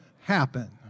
happen